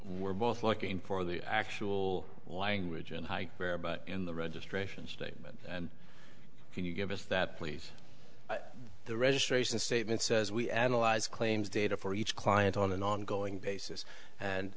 we're both looking for the actual language and whereabouts in the registration statement and can you give us that please the registration statement says we analyze claims data for each client on an ongoing basis and